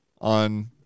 on